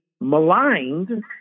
maligned